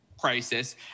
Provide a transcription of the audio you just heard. crisis